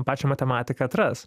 pačią matematiką atras